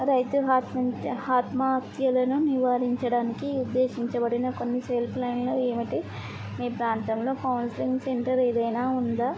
రైతు ఆత్మహత్యలను నివారించడానికి ఉద్దేశించబడిన కొన్ని సెల్ఫ్ లైన్లు ఏమిటి మీ ప్రాంతంలో కౌన్సిలింగ్ సెంటర్ ఏదైనా ఉందా